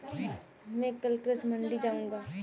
मैं कल कृषि मंडी जाऊँगा